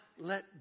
let